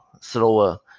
slower